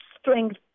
strength